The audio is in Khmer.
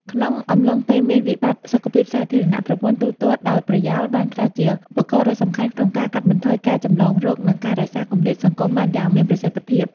ក្នុងអំឡុងពេលមានវិបត្តិសុខភាពសាធារណៈ ប្រព័ន្ធទូទាត់ដោយប្រយោល បានក្លាយជាឧបករណ៍ដ៏សំខាន់ក្នុងការកាត់បន្ថយការចម្លងរោគ និងការរក្សាគម្លាតសង្គមបានយ៉ាងមានប្រសិទ្ធភាព។